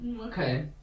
okay